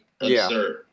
absurd